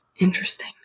Interesting